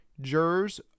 jurors